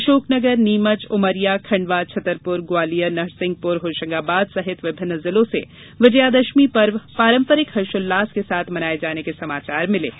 अशोकनगर नीमच उमरिया खंडवा छतरपुर ग्वालियर नरसिंहपुर होशंगाबाद सहित विभिन्न जिलों से विजयादशमी पर्व पारंपरिक हर्षोल्लास के साथ मनाये जाने के समाचार मिले हैं